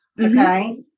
okay